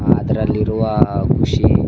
ಅದರಲ್ಲಿರುವ ಖುಷಿ